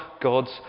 God's